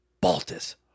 Baltus